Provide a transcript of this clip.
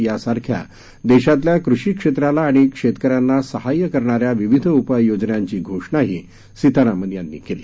यासारख्या देशातल्या कृषी क्षेत्राला आणि शेतकऱ्यांना सहाय्य करणाऱ्या विविध उपाययोजनांची घोषणाह सीतारामन यांनी केल्या